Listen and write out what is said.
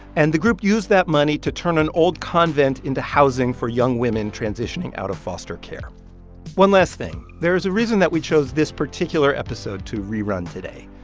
and the group used that money to turn an old convent into housing for young women transitioning out of foster care one last thing, there's a reason that we chose this particular episode to rerun today.